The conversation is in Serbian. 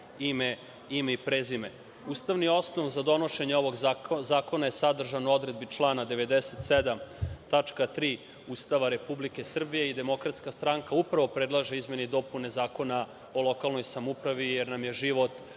ime i prezime. Ustavni osnov za donošenje ovog zakona je sadržan u odredbi člana 97. tačka 3. Ustava Republike Srbije i DS upravo predlaže izmene i dopune Zakona o lokalnoj samoupravi, jer nam je život